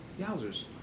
Yowzers